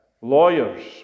lawyers